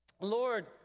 Lord